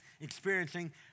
experiencing